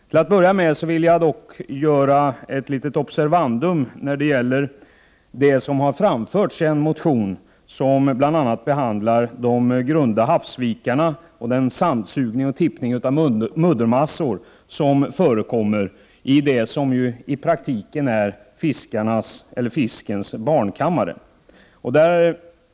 Till att börja med vill jag dock göra ett litet observandum när det gäller det som framförts i en motion som bl.a. behandlar de grunda havsvikarna och den sandsugning och tippning av muddermassor som förekommer i det som i praktiken är fiskens barnkammare.